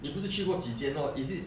你不是去过几间 lor is it